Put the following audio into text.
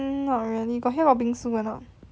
not really your here got bingsu or not